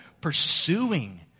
pursuing